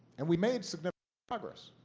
and we made significant progress,